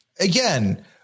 Again